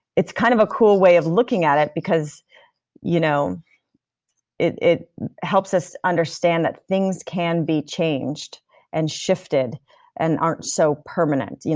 it's kind of a cool way of looking at it, because you know it it helps us understand that things can be changed and shifted and aren't so permanent. you know